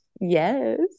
Yes